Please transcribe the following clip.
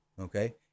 Okay